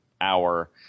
hour